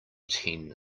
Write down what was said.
ten